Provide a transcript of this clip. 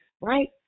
right